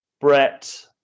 Brett